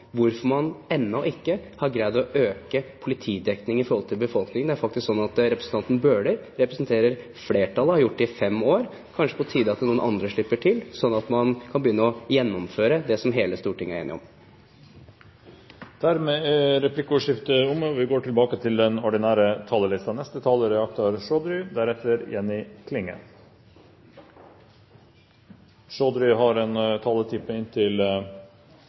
hvorfor man ennå ikke har greid å øke politidekningen i forhold til befolkningen. Representanten Bøhler representerer flertallet og har gjort det i fem år. Det er kanskje på tide at noen andre slipper til, slik at man kan begynne å gjennomføre det som hele Stortinget er enige om. Replikkordskiftet er omme.